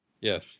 Yes